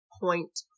point